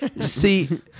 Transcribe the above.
See